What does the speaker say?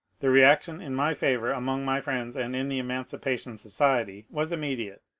the re action in my favour among my friends and in the emancipa tion society was immediate.